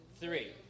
Three